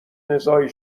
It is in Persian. نزاعی